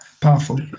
powerful